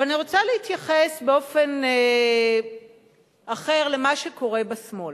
אבל אני רוצה להתייחס באופן אחר למה שקורה בשמאל.